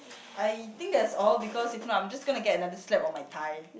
I think that's all because if not I'm just going to get another slap on my thigh